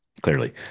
clearly